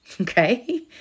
Okay